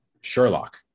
Sherlock